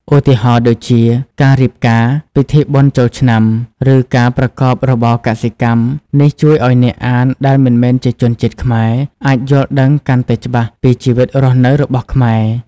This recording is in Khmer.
ឧទាហរណ៍ដូចជា ការរៀបការ ពិធីបុណ្យចូលឆ្នាំ ឬការប្រកបរបរកសិកម្ម។ នេះជួយឲ្យអ្នកអានដែលមិនមែនជាជនជាតិខ្មែរ អាចយល់ដឹងកាន់តែច្បាស់ពីជីវិតរស់នៅរបស់ខ្មែរ។